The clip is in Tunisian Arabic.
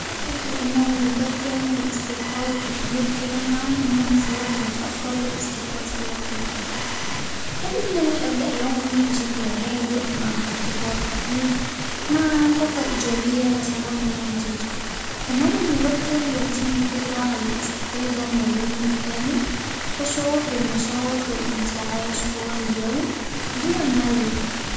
يفضل النوم مبكرًا والاستيقاظ مبكرًا عن النوم في وقت متأخر والاستيقاظ في وقت متأخر، أحب انني ابدأ يومي بشكل هادئ مع فطار خفيف مع طاقة إيجابية وصباح منتج، فالنوم المبكر يعطيني القدرة على الاستفادة من اليوم بالكامل، والشعور بالنشاط والانتعاش طوال اليوم دون الملل.